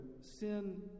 sin